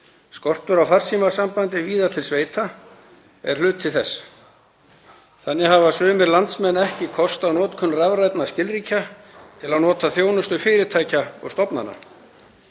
Skortur á farsímasambandi víða til sveita er hluti þess. Þannig hafa sumir landsmenn ekki kost á notkun rafrænna skilríkja til að nota þjónustu fyrirtækja og stofnana.